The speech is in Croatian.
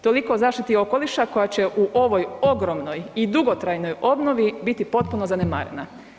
Toliko o zaštiti okoliša koja će u ovoj ogromnoj i dugotrajnoj obnovi biti potpuno zanemarena.